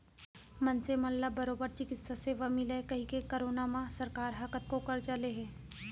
मनसे मन ला बरोबर चिकित्सा सेवा मिलय कहिके करोना म सरकार ह कतको करजा ले हे